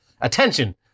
attention